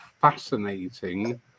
fascinating